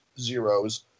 zeros